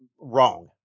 wrong